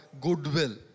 goodwill